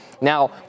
Now